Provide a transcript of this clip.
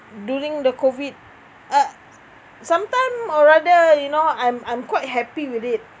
during the COVID uh sometime or rather you know I'm I'm quite happy with it